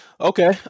Okay